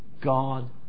God